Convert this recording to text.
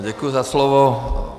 Děkuji za slovo.